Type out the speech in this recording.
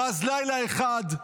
ואז לילה אחד,